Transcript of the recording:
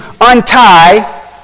untie